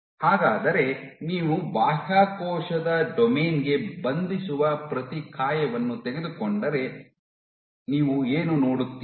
ಹಾಗಾದರೆ ನೀವು ಬಾಹ್ಯಕೋಶದ ಡೊಮೇನ್ ಗೆ ಬಂಧಿಸುವ ಪ್ರತಿಕಾಯವನ್ನು ತೆಗೆದುಕೊಂಡರೆ ನೀವು ಏನು ನೋಡುತ್ತೀರಿ